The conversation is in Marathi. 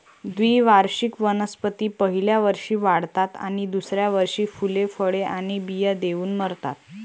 द्विवार्षिक वनस्पती पहिल्या वर्षी वाढतात आणि दुसऱ्या वर्षी फुले, फळे आणि बिया देऊन मरतात